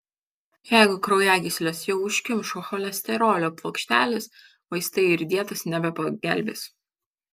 jeigu kraujagysles jau užkimšo cholesterolio plokštelės vaistai ir dietos nebepagelbės